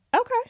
Okay